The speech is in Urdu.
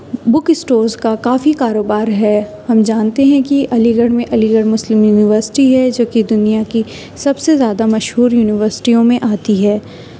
بک اسٹالس کا کافی کاروبار ہے ہم جانتے ہیں کہ علی گڑھ میں علی گڑھ مسلم یونیورسٹی ہے جو کہ دنیا کی سب سے زیادہ مشہور یونیورسٹیوں میں آتی ہے